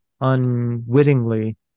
unwittingly